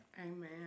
Amen